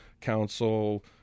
council